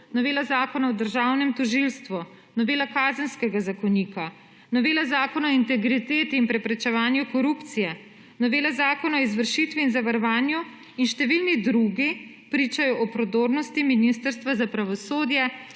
novela Zakona o Državnem tožilstvu, novela Kazenskega zakonika, novela Zakona o integriteti in preprečevanju korupcije, novela Zakona o izvršitvi in zavarovanju in številni drugi pričajo o prodornosti Ministrstva za pravosodje